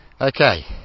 Okay